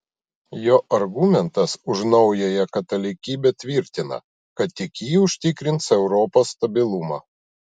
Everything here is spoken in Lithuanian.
jo argumentas už naująją katalikybę tvirtina kad tik ji užtikrins europos stabilumą